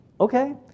Okay